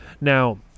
Now